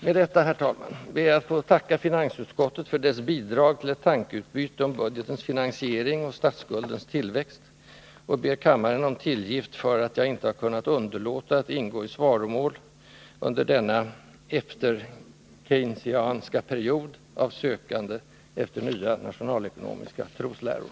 Med detta, herr talman, ber jag att få tacka finansutskottet för dess bidrag till ett tankeutbyte om budgetens finansiering och statsskuldens tillväxt och ber kammaren om tillgift för att jag inte har kunnat underlåta att ingå i svaromål under denna efter-Keynesianska period av sökande efter nya nationalekonomiska trosläror.